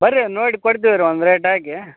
ಬರ್ರಿ ನೋಡಿ ಕೊಡ್ತೀವಿ ರೀ ಒಂದು ರೇಟ್ ಹಾಕಿ